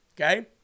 okay